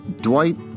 Dwight